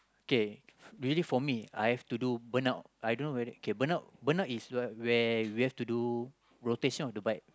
okay usually for me I have to do burn out I don't know whether okay burn out burnt out is where where we have to do rotation of the bike